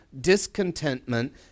discontentment